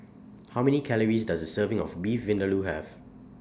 How Many Calories Does A Serving of Beef Vindaloo Have